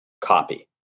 copy